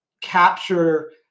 capture